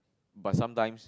but sometimes